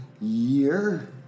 year